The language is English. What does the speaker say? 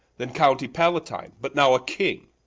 then county palatine, but now a king,